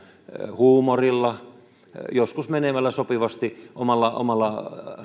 huumorilla joskus menemällä sopivasti omalla omalla